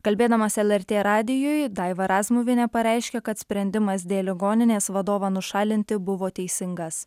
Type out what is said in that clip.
kalbėdamas lrt radijui daiva razmuvienė pareiškė kad sprendimas dėl ligoninės vadovą nušalinti buvo teisingas